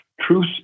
Truth